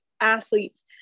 athletes